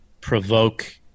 Provoke